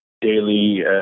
daily